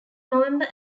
november